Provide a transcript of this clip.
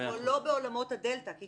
זאת